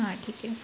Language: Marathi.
हां ठीक आहे